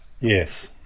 Yes